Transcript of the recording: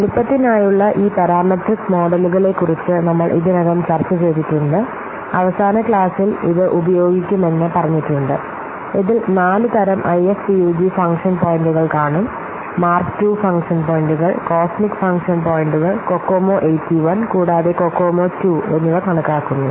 വലുപ്പത്തിനായുള്ള ഈ പാരാമെട്രിക് മോഡലുകളെക്കുറിച്ച് നമ്മൾ ഇതിനകം ചർച്ചചെയ്തിട്ടുണ്ട് അവസാന ക്ലാസ്സിൽ ഇത് ഉപയോഗിക്കുമെന്ന് പറഞ്ഞിട്ടുണ്ട് ഇതിൽ 4 തരം ഐഎഫ്പിയുജി ഫംഗ്ഷൻ പോയിന്റുകൾ കാണും മാർക്ക് II ഫംഗ്ഷൻ പോയിന്റുകൾ കോസ്മിക് ഫംഗ്ഷൻ പോയിന്റുകൾ കൊക്കോമോ 81 കൂടാതെ കൊക്കോമോ II എന്നിവ കണക്കാക്കുന്നു